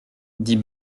dit